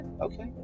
Okay